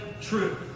truth